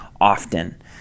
often